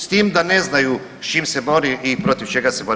S tim da ne znaju s čim se bori i protiv čega se bori.